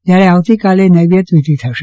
જયારે આવતીકાલે નૈવેધ વિધિ થશે